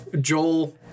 Joel